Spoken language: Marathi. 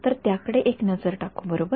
तर त्याकडे एक नजर टाकू बरोबर